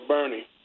Bernie